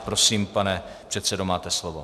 Prosím, pane předsedo, máte slovo.